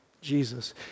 Jesus